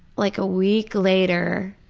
like a week later,